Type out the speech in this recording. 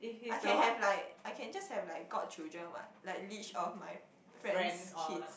I can have like I can just have like godchildren what like leech off my friends' kids